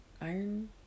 Iron